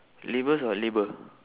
labels or label